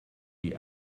die